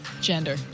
gender